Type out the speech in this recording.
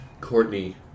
Courtney